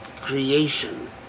creation